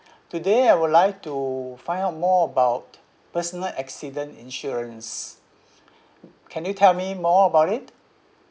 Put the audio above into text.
today I would like to find out more about personal accident insurance can you tell me more about it